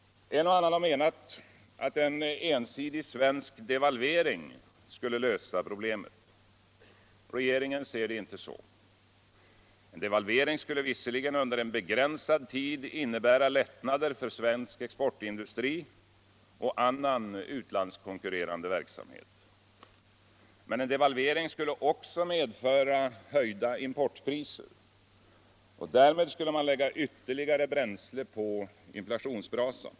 En och annan har menat att en ensidig svensk devalvering skulle lösa problemet. Regeringen ser det inte så. En devalvering skulle visserligen under en begränsad tid innebära lättnader för svensk exportuindustiri och annan utländskonkurrerande verksamhet. Men en devalvering skulle också medföra höjda importpriser. Därmed skulle man lägga ytterligare bränsle på inflattonsbrasan.